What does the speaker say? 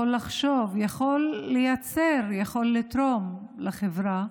שיכול לחשוב, שיכול לייצר ושיכול לתרום לחברה,